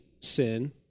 sin